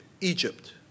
Egypt